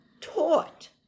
taught